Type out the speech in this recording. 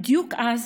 בדיוק אז,